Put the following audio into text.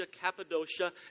Cappadocia